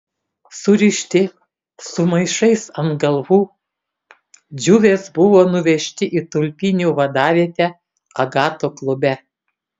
surišti su maišais ant galvų džiuvės buvo nuvežti į tulpinių vadavietę agato klube